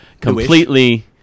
completely